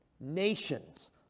nations